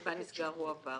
שבה נסגר או הועבר.